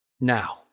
Now